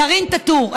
דארין טאטור.